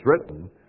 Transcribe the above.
written